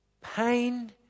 pain